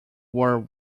war